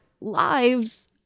lives